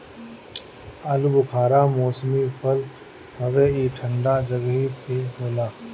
आलूबुखारा मौसमी फल हवे ई ठंडा जगही पे होला